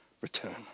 return